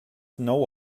know